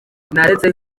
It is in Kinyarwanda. naretse